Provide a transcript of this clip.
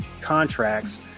contracts